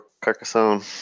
Carcassonne